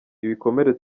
ibikomere